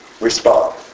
respond